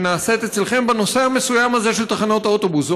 שנעשית אצלכם בנושא המסוים הזה של תחנות האוטובוס.